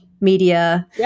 media